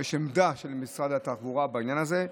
יש עמדה של משרד התחבורה בעניין הזה.